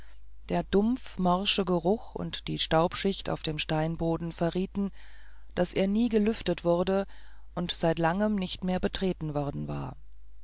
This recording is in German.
der dumpfe morsche geruch und die staubschicht auf dem steinboden verrieten daß er nie gelüftet wurde und seit langem nicht mehr betreten worden war